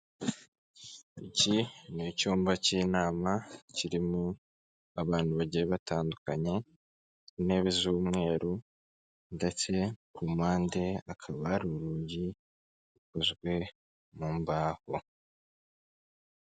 Iki ni icyumba cy'inama kirimo abantu bagiye batandukanye, intebe z'umweru ndetse ku mpande akaba ari urugi rukozwe mu mbaho.